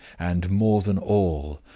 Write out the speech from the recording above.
and, more than all,